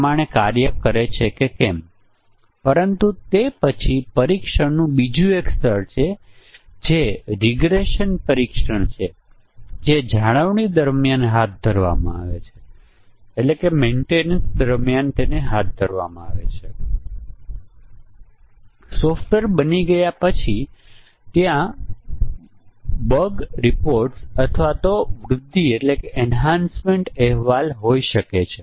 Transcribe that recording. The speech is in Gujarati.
આપણે જે સિસ્ટમની પરીક્ષણ કરી રહ્યા છીએ તે સ્ટેટથી સ્વતંત્ર છે અને પછી મૂલ્યોના સંયોજનો પર આધાર રાખીને સોફ્ટવેરમાં ભૂલો હોઈ શકે છે